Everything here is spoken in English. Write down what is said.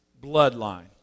bloodline